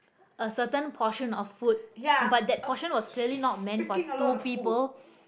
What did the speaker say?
a certain portion of food but that portion was clearly not meant for two people